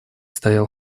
стоял